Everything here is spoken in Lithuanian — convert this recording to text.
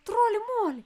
troli moli